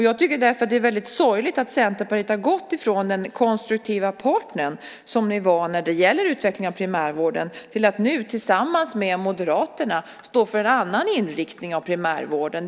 Jag tycker därför att det är väldigt sorgligt att Centerpartiet gått från den konstruktiva partner som ni var när det gäller utvecklande av primärvården till att nu tillsammans med Moderaterna stå för en annan inriktning av primärvården.